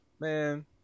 Man